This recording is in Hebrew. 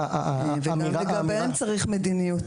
וגם לגביהן צריך מדיניות,